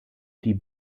die